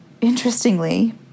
interestingly